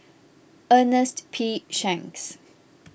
Ernest P Shanks